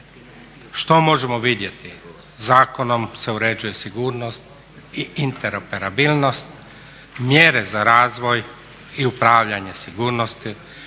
Što možemo vidjeti? Zakonom se uređuje sigurnost i interoperabilnost, mjere za razvoj i upravljanje sigurnosti,